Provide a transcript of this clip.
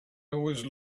always